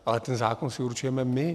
Ale ten zákon si určujeme my.